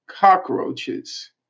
cockroaches